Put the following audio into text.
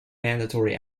mandatory